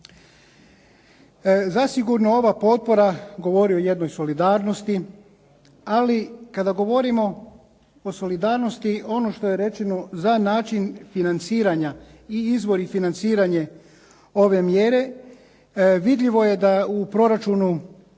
Zasigurno ova potpora govori o jednoj solidarnosti, ali kada govorimo o solidarnosti, ono što je rečeno za način financiranja i izvori financiranja ove mjere, vidljivo je da u proračunu